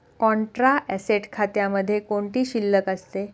Contra asset खात्यामध्ये कोणती शिल्लक असते?